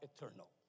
eternal